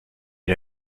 est